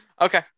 Okay